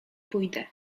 pójdę